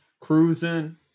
cruising